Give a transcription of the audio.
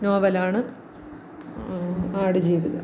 നോവലാണ് ആടുജീവിതം